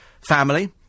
family